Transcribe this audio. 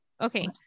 okay